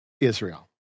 Israel